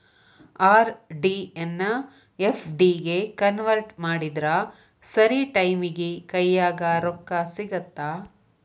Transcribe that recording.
RD ಎನ್ನಾ FD ಗೆ convert ಮಾಡಿದ್ರ ಸರಿ ಟೈಮಿಗಿ ಕೈಯ್ಯಾಗ ರೊಕ್ಕಾ ಸಿಗತ್ತಾ